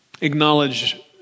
acknowledge